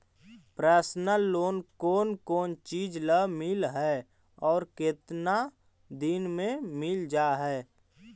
Personal loan कोन कोन चिज ल मिल है और केतना दिन में मिल जा है?